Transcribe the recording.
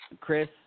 Chris